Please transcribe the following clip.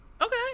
Okay